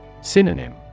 Synonym